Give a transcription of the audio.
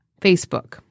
Facebook